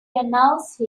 announced